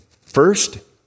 First